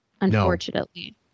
unfortunately